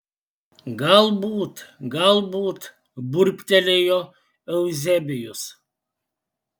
galbūt galbūt burbtelėjo euzebijus